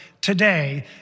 today